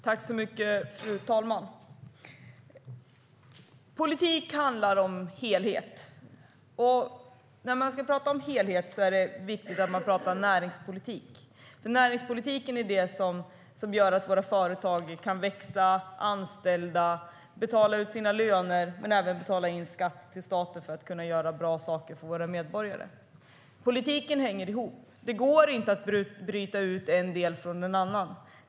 Fru talman! Politik handlar om helhet. När man ska prata om helhet är det viktigt att prata näringspolitik. Näringspolitiken är ju det som gör att våra företag kan växa, anställa, betala ut löner och betala in skatt till staten så att vi kan göra bra saker för våra medborgare. Politiken hänger ihop. Det går inte att bryta ut en del från en annan.